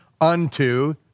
unto